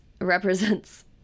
represents